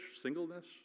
singleness